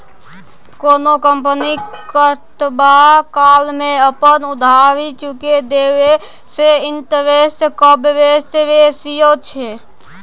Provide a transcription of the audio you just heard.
कोनो कंपनी कतबा काल मे अपन उधारी चुका देतेय सैह इंटरेस्ट कवरेज रेशियो छै